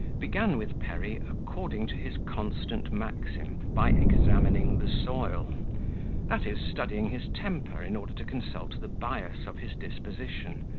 began with perry, according to his constant maxim, by examining the soil that is, studying his temper, in order to consult the bias of his disposition,